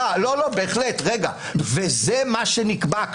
זה מה שנקבע,